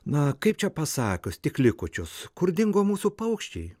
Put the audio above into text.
na kaip čia pasakius tik likučius kur dingo mūsų paukščiai